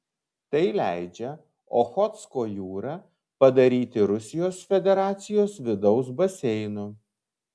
tai leidžia ochotsko jūrą padaryti rusijos federacijos vidaus baseinu